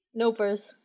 Nopers